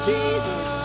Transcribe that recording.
Jesus